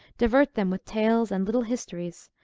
divert them with tales, and little histories,